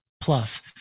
plus